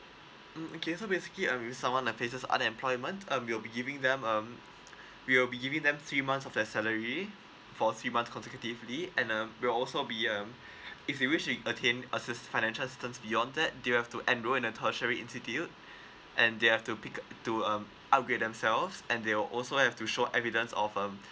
mm okay so basically um someone that faces unemployment um we'll be giving them um we'll be giving them three months of the salary for three months consecutively and uh we also be um if you wish it attain assist financial assistance beyond that they'll have to enroll in a tertiary institute and they have to pick to uh upgrade themselves and they'll also have to show evidence of um